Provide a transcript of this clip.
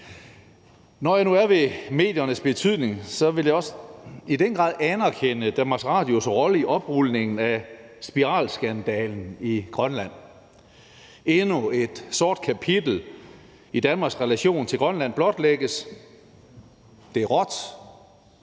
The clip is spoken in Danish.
Når jeg nu er ved mediernes betydning, vil jeg også i den grad anerkende Danmarks Radios rolle i oprulningen af spiralskandalen i Grønland. Endnu et sort kapitel i Danmarks relation til Grønland blotlægges. Det er råt,